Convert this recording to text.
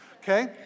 okay